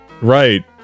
Right